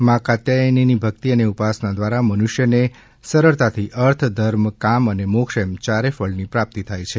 મા કાત્યયનીની ભક્તિ અને ઉપાસના દ્વારા મનુષ્યને સરળતાથી અર્થ ધર્મ કામ અને મોક્ષ એમ ચારે ફળની પ્રાપ્તિ થાય છે